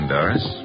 Doris